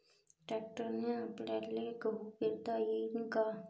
ट्रॅक्टरने आपल्याले गहू पेरता येईन का?